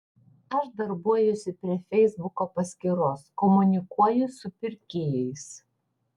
aš darbuojuosi prie feisbuko paskyros komunikuoju su pirkėjais